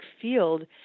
field